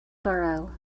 borough